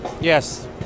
Yes